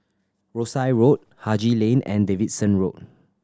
Rosyth Road Haji Lane and Davidson Road